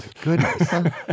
goodness